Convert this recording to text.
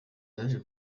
yaje